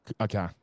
Okay